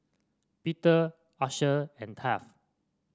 Pete Asher and Taft